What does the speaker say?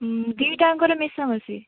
ଦୁଇଟାଯାକରେ ମିଶାମିଶି